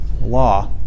Law